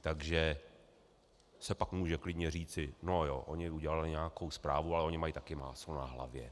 Takže se pak může klidně říci no jo, oni udělali nějakou zprávu, ale oni mají také máslo na hlavě.